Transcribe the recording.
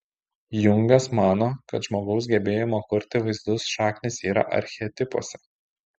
jungas mano kad žmogaus gebėjimo kurti vaizdus šaknys yra archetipuose